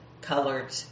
colored